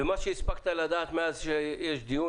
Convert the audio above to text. ומאז שהספקת לדעת שיש דיון,